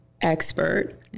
expert